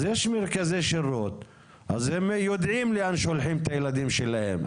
אז יש מרכזי שירות אז הם יודעים לאן שולחים את הילדים שלהם,